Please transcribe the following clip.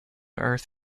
earth